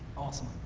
awesome.